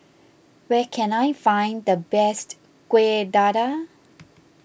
where can I find the best Kuih Dadar